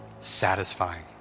satisfying